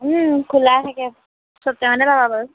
খোলা থাকে চব টাইমতে পাবা বাৰু